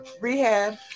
Rehab